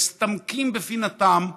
מצטמקים בפינתם.